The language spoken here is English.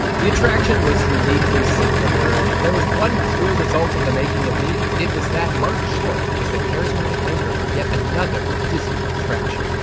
the attraction was uniquely singular, and if there was one clear result of the making of me, it was that martin short was the charismatic anchor for yet another disney attraction.